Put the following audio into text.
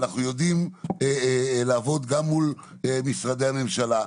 אנחנו יודעים לעבוד גם מול משרדי הממשלה.